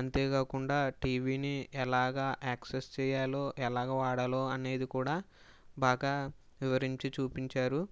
అంతేకాకుండా టీవీ ని ఎలాగా యాక్సెస్ చేయాలో ఎలాగా వాడాలో అనేది కూడా బాగా వివరించి చూపించారు